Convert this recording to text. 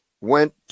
went